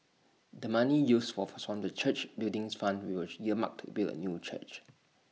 the money used was from the church's buildings fund which were earmarked to build A new church